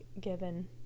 given